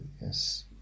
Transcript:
yes